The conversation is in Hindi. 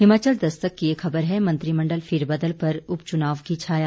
हिमाचल दस्तक की एक खबर है मंत्रिमंडल फेरबदल पर उपचुनाव की छाया